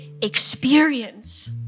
experience